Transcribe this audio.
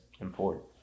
important